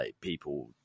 people